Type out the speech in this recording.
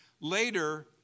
later